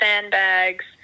sandbags